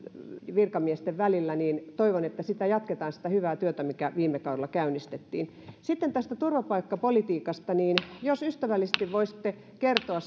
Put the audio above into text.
virkamiesten välillä toivon että jatketaan sitä hyvää työtä mikä viime kaudella käynnistettiin sitten tästä turvapaikkapolitiikasta jos ystävällisesti voisitte kertoa